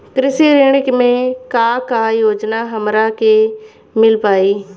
कृषि ऋण मे का का योजना हमरा के मिल पाई?